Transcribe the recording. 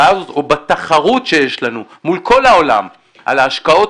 ובתחרות שיש לנו מול כל העולם על ההשקעות